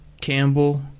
campbell